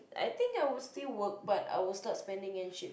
I think I will still work but I will start spending and shit